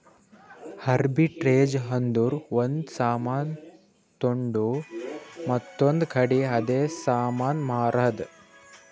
arbitrage ಅಂದುರ್ ಒಂದ್ ಸಾಮಾನ್ ತೊಂಡು ಮತ್ತೊಂದ್ ಕಡಿ ಅದೇ ಸಾಮಾನ್ ಮಾರಾದ್